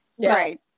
Right